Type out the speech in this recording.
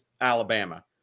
Alabama